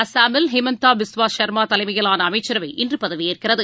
அஸ்ஸாமில் ஹிமந்தாபிஸ்வாசர்மாதலைமையிலானஅமைச்சரவை இன்றுபதவியேற்கிறது